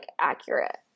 accurate